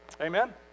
Amen